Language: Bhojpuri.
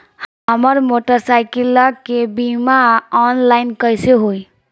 हमार मोटर साईकीलके बीमा ऑनलाइन कैसे होई?